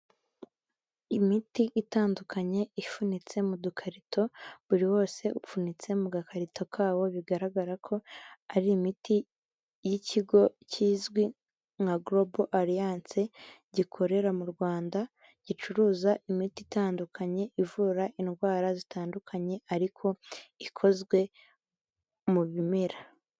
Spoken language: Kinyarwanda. Imiti itandukanye ifunitse mu dukarito buri wose upfunyitse mu gakarito kawo bigaragara ko ari imiti y'ikigo kizwi nka global alliance gikorera mu Rwanda gicuruza imiti itandukanye ivura indwara zitandukanye ariko ikozwe mu bimera.